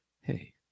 Hey